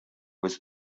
was